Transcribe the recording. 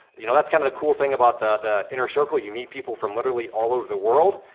you know, that's kind of the cool thing about the the inner circle, you meet people from literally all over the world,